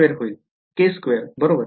k2 बरोबर